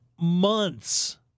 months